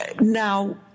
Now